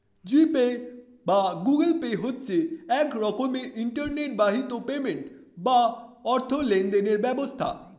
জি pay বা Google pay হচ্ছে এক রকমের ইন্টারনেট বাহিত পেমেন্ট বা অর্থ লেনদেনের ব্যবস্থা